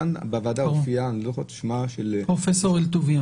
כאן בוועדה הופיעה פרופסור אלטוביה